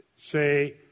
say